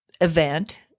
event